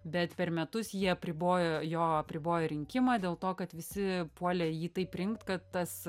bet per metus jį apribojo jo apribojo rinkimą dėl to kad visi puolė jį taip rinkt kad tas